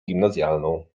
gimnazjalną